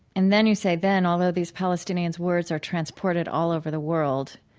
and then you say then, although these palestinians' words are transported all over the world,